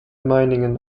meiningen